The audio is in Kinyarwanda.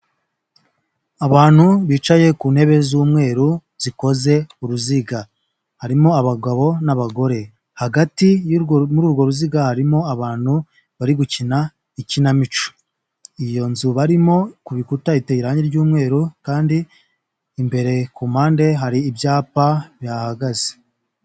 Abantu bicaye ku ntebe z'umweru, zikoze uruziga. Harimo abagabo n'abagore, hagati y'urwo muri urwo ruziga harimo abantu bari gukina ikinamico. Iyo nzu barimo ku bikuta iteye irangi ry'umweru, kandi imbere ku mpande hari ibyapa bihahagaze.